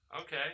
Okay